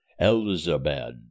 Elzabad